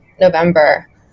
November